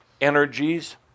energies